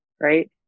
right